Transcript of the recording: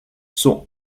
sont